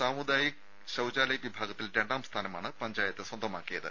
സാമുദായിക് ശൌചാലയ് വിഭാഗത്തിൽ രണ്ടാം സ്ഥാനമാണ് പഞ്ചായത്ത് സ്വന്തമാക്കിയത്